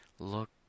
Look